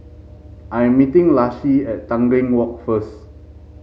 I am meeting Laci at Tanglin Walk first